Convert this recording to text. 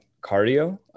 cardio